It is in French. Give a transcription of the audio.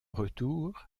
retour